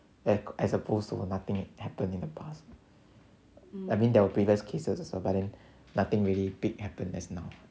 as as opposed to nothing happened in the past I mean that will previous cases also but then nothing really big happened as now